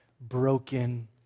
broken